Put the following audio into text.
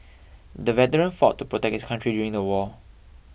the veteran fought to protect his country during the war